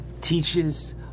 teaches